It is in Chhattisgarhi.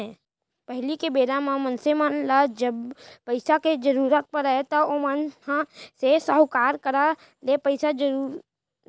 पहिली के बेरा म मनसे मन ल जब पइसा के जरुरत परय त ओमन ह सेठ, साहूकार करा ले पइसा जुगाड़य